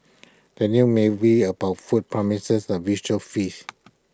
the new movie about food promises A visual feast